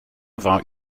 war